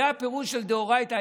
זה הפירוש של דאורייתא.